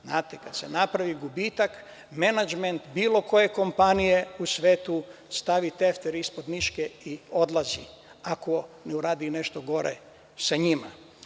Znate kada se napravi gubitak, menadžment bilo koje kompanije u svetu stavi tefter ispod miške i odlazi, ako ne uradi nešto gore sa njima.